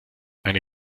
eine